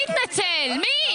מי?